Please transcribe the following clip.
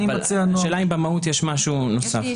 השאלה אם במהות יש משהו נוסף.